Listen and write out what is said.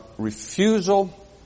refusal